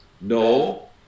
No